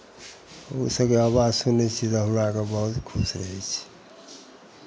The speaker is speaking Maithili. ओ सभके आवाज सुनै छी तऽ हमरा आरके बहुत खुशी होइ छै